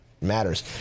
matters